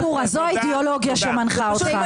זו האידיאולוגיה שמנחה אותך.